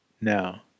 now